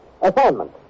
assignment